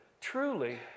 Truly